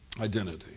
identity